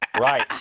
Right